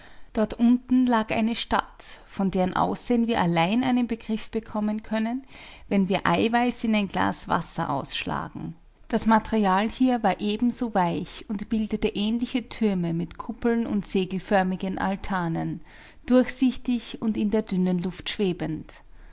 dort unten lag eine stadt von deren aussehen wir allein einen begriff bekommen können wenn wir eiweiß in ein glas wasser ausschlagen das material hier war ebenso weich und bildete ähnliche türme mit kuppeln und segelförmigen altanen durchsichtig und in der dünnen luft schwebend